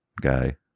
guy